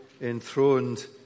enthroned